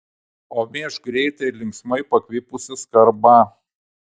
o mėžk greitai ir linksmai pakvipusį skarbą